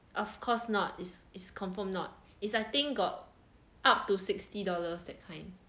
of course not is is confirm not is I think got up to sixty dollars that kind